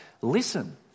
listen